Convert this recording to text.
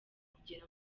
kugera